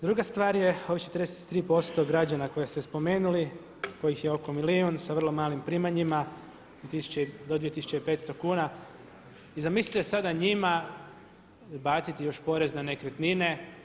Druga stvar, ovih 43% građana koje ste spomenuli kojih je oko milijun sa vrlo malim primanjima do 2.500 kuna i zamislite sada njima baciti još porez na nekretnine.